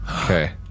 Okay